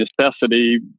necessity